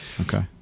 Okay